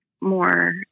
more